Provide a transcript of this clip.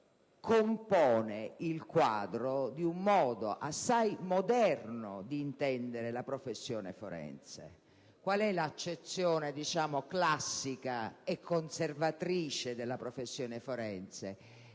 compone il quadro di un modo assai moderno di intendere la professione forense. Qual è l'accezione classica e conservatrice della professione forense?